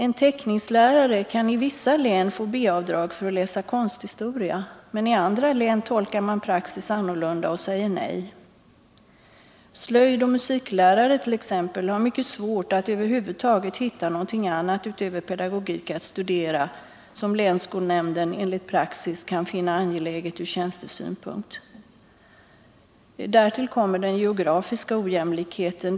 En teckningslärare kan i vissa län få B-avdrag för att läsa konsthistoria, men i andra län tolkar man praxis annorlunda och säger nej. Slöjdoch musiklärare t.ex. har mycket svårt att över huvud taget hitta någonting annat utöver pedagogik att studera, som länsskolnämnden — enligt praxis — kan finna angeläget ur tjänstesynpunkt. Därtill kommer den geografiska ojämlikheten.